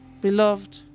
Beloved